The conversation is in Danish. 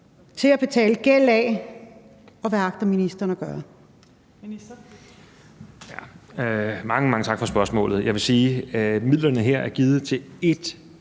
til at betale gæld af, og hvad agter ministeren at gøre?